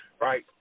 right